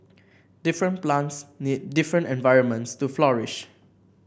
different plants need different environments to flourish